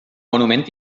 monument